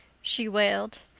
she wailed.